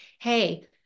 Hey